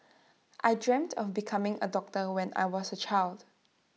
I dreamt of becoming A doctor when I was A child